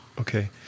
Okay